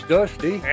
Dusty